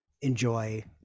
enjoy